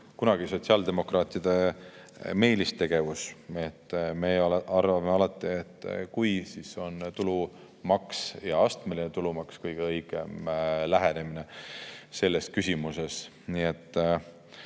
kunagi sotsiaaldemokraatide meelistegevus. Me arvame alati, et kui [tõsta], siis tulumaksu, ja astmeline tulumaks on kõige õigem lähenemine selles küsimuses. Nii et